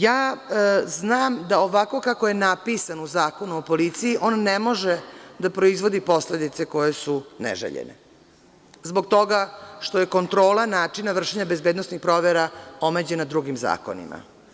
Ja znam da ovako kako je napisano u Zakonu o policiji on ne može da proizvodi posledice koje su neželjene, zbog toga što je kontrola načina vršenja bezbednosnih provera omeđena drugim zakonima.